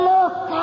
Look